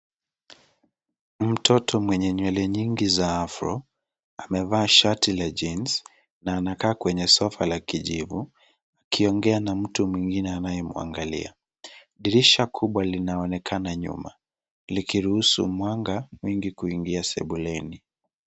Mtoto mwenye nywele nyingi za afro amevaa shati la jeans na anakaa kwenye sofa la kijivu akiongea na mtu mwingine anayemwangalia. Dirisha kubwa linaonekana nyuma likiruhusu mwanga mwingi kuingia sebuleni.